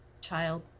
child